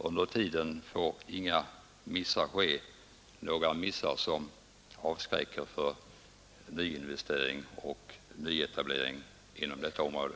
Under tiden får inga missar göras — missar som skulle avskräcka från nyinvesteringar och nyetableringar inom detta område.